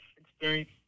experience